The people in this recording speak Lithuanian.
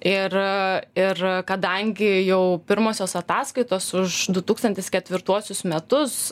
ir ir kadangi jau pirmosios ataskaitos už du tūkstantis ketvirtuosius metus